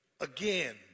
again